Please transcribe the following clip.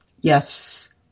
Yes